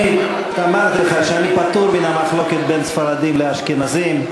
אמרתי לך שאני פטור מן המחלוקת בין ספרדים לאשכנזים.